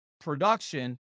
production